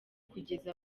kugeza